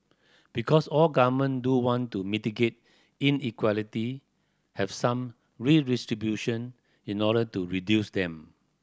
because all government do want to mitigate inequality have some redistribution in order to reduce them